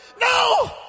No